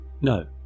No